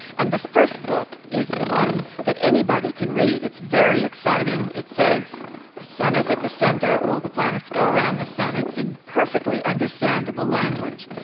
and the first book is the one that anybody can read. it's very exciting. it says the sun is at the centre, all the planets go around the sun. it's in perfectly understandable language.